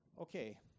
okay